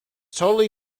totally